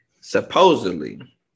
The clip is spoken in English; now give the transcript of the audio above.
supposedly